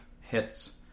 hits